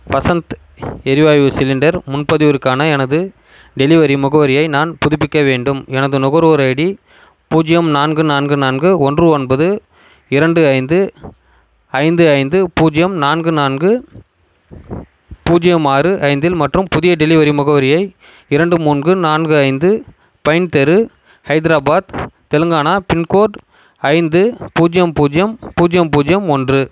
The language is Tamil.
வசந்த் எரிவாய்வு சிலிண்டர் முன்பதிவிற்கான எனது டெலிவரி முகவரியை நான் புதுப்பிக்க வேண்டும் எனது நுகர்வோர் ஐடி பூஜ்யம் நான்கு நான்கு நான்கு ஒன்று ஒன்பது இரண்டு ஐந்து ஐந்து ஐந்து பூஜ்யம் நான்கு நான்கு பூஜ்ஜியம் ஆறு ஐந்தில் மற்றும் புதிய டெலிவரி முகவரியை இரண்டு மூன்று நான்கு ஐந்து பயின் தெரு ஹைதராபாத் தெலுங்கானா பின்கோட் ஐந்து பூஜ்யம் பூஜ்யம் பூஜ்யம் பூஜ்யம் ஒன்று